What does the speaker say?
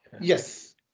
Yes